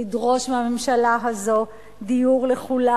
לדרוש מהממשלה הזו דיור לכולם.